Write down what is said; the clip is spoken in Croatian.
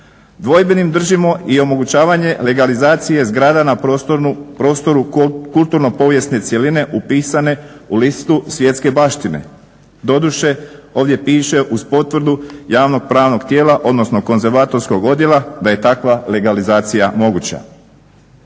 Dvojbenim držimo i omogućavanje legalizacije zgrada na prostoru kulturno-povijesne cjeline upisane u listu svjetske baštine, doduše ovdje piše uz potvrdu javno-pravnog tijela odnosno konzervatorskog odjela da je takva legalizacija moguća.